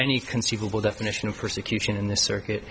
any conceivable definition of persecution in this circuit